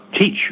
teach